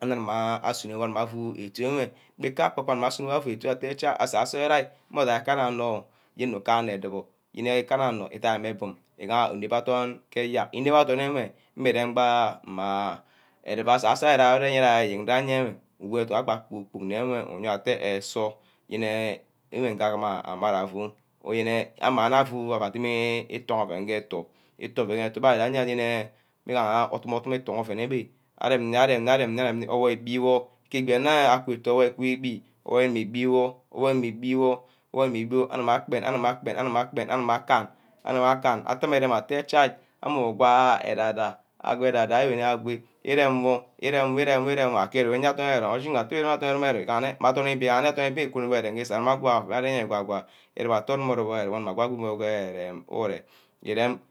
anor guma asunor igun afu itu enwe, igam ke ogun idoh te sai asunai anor dai ikanna onor yen nu kana onor edubor, yene ikana anor idai mme bum, igaha inep adorn bia, inep adorn enwe mmi rem ba ma edubor asa-sor arear jaha eyen ger yeneh gee edunck abe kpor-kpork nne enwe udowo afte ah sur yene enwe nga gubara afu oh yene amana afu nga auez adimi itongho ouen ke etho, ete be ouen igaha yene migaha odum odum etonge ouen ke etho, etonge mma gaher odum odum ethonghu ouen ewe areme nmi, arem nni owoi igbi wor ke ereneh akpet owoi ibibi, oyoi ibi wor, owoi ni ibi wor, owói ni ibi aguma kpen, aguma kpen, aguma akan, eteme rum atteh chai omu gwa edeh-deh, agwa edeh deh wir agwe eremo-eremor ageed ari iye awini adirn ero-rome. Ashigine atteh adorn ero-rome ire, anep mmeh adorn ibi, anor adorn ibi ikuno wor ke ere-rem wa ayene quua quwa, irebeh atteh mu anor gwor ah goni mmeh ere wor ke ere-rem ure urem